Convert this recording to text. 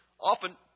Often